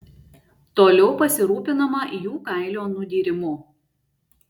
toliau pasirūpinama jų kailio nudyrimu